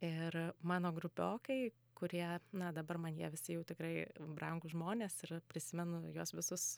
ir mano grupiokai kurie na dabar man jie visi jau tikrai brangūs žmonės ir prisimenu juos visus